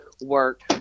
work